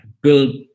build